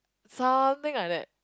something like that